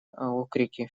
окрики